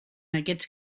aquests